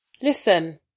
Listen